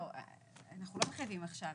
לא, אנחנו לא מחייבים עכשיו.